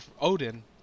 Odin